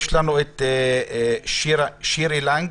שירי לנג